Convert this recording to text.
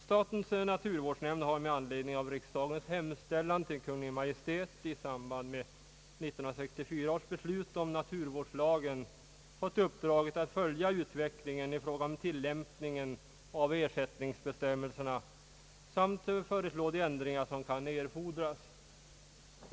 Statens naturvårdsnämnd har med anledning av riksdagens hemställan till Kungl. Maj:t i samband med 1964 års beslut om naturvårdslagen fått till uppdrag att följa utvecklingen i fråga om tillämpningen av ersättningsbestämmelserna samt föreslå de ändringar som kan erfordras.